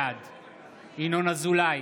בעד ינון אזולאי,